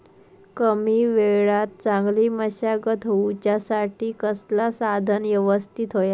कमी वेळात चांगली मशागत होऊच्यासाठी कसला साधन यवस्तित होया?